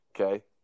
okay